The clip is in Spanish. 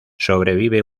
sobrevive